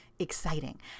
exciting